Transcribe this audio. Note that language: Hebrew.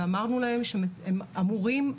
ואמרנו להם שהם אמורים,